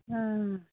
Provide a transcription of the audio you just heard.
ᱚᱻ